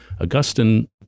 Augustine